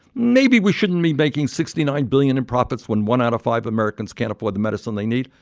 maybe we shouldn't be making sixty nine billion in profits when one out of five americans can't afford the medicine they need?